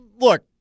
look